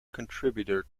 contributor